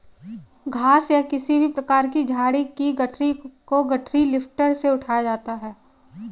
घास या किसी भी प्रकार की झाड़ी की गठरी को गठरी लिफ्टर से उठाया जाता है